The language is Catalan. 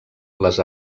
les